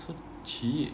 so cheap